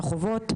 את החובות.